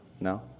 No